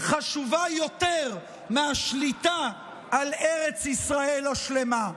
חשובה יותר מהשליטה על ארץ ישראל השלמה.